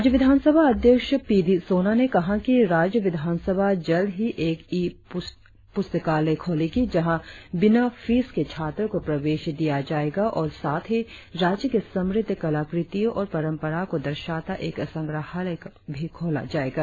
राज्य विधानसभा अध्यक्ष पी डी सोना ने कहा कि राज्य विधानसभा जल्द ही एक ई प्रस्तकालय खोलेगी जहां बिना फीस के छात्रों को प्रवेश दिया जाएगा और साथ ही राज्य के समृद्ध कलाकृतियों और परंपरा को दर्शाता एक संग्रहालय भी खोला जाएगा